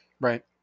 Right